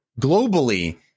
globally